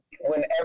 whenever